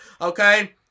okay